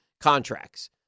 contracts